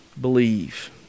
believe